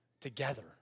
together